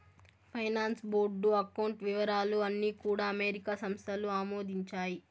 finance board account వివరాలు అన్నీ కూడా అమెరికా సంస్థలు ఆమోదించాయి